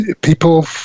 people